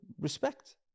respect